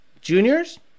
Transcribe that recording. Juniors